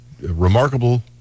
remarkable